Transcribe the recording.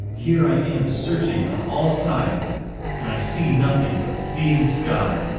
here i am searching on all sides and i see nothing but sea and sky.